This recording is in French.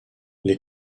les